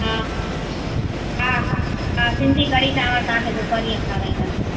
हा हा हा हा सिंधी कढ़ी चांवर तव्हांखे पोइ पणीअं खाराईंदासीं